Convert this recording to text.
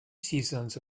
seasons